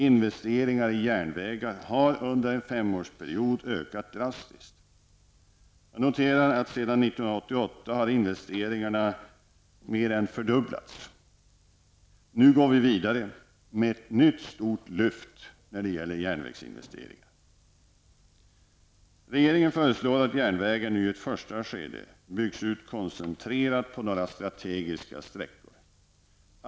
Investeringar i järnvägar har under en femårsperiod ökat drastiskt. Sedan 1988 har investeringarna mer än fördubblats. Nu går vi vidare med ett nytt stort lyft när det gäller järnvägsinvesteringar. Regeringen föreslår att järnvägen nu i ett första skedde byggs ut koncentrerat på några strategiska sträckor.